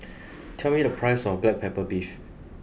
tell me the price of Black Pepper Beef